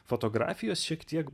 fotografijos šiek tiek